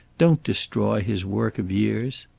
don't destroy his work of years.